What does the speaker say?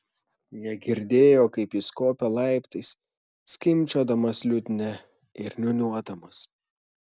jie girdėjo kaip jis kopia laiptais skimbčiodamas liutnia ir niūniuodamas